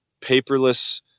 paperless